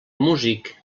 músic